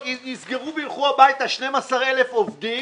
יסגרו וילכו הביתה, 12,000 עובדים